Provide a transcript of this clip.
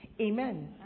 Amen